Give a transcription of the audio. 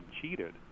cheated